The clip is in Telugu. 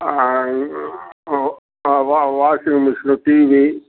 వా వాషింగ్ మిషను టీవీ